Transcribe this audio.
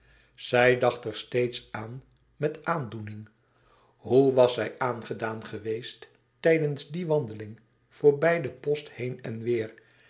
zij dacht er steeds aan met aandoening hoe was zij aangedaan geweest tijdens die wandeling voorbij de post heen en weêr